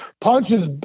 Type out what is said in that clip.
punches